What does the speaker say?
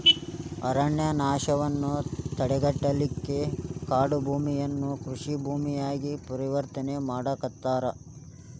ಅರಣ್ಯನಾಶವನ್ನ ತಡೆಗಟ್ಟಲಿಕ್ಕೆ ಕಾಡುಭೂಮಿಯನ್ನ ಕೃಷಿ ಭೂಮಿಯಾಗಿ ಪರಿವರ್ತನೆ ಮಾಡಾಕತ್ತಾರ